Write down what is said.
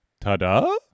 ta-da